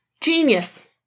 Genius